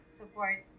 support